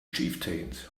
chieftains